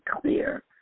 clear